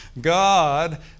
God